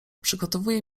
przygotowuje